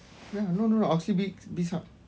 ya no no no Oxley bix~ Bizhub